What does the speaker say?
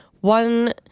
one